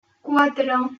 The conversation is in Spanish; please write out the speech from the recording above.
cuatro